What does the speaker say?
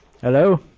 Hello